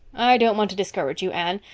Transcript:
i don't want to discourage you, anne,